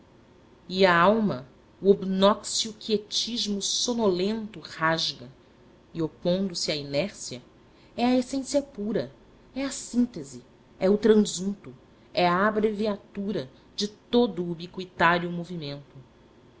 e a alma o obnóxio quietismo sonolento rasga e opondo se à inércia é a essência pura é a síntese é o transunto é a abreviatura de todo o ubiqüitário movimento